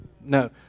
no